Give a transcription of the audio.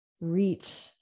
Reach